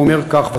הוא אומר כך,